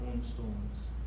storms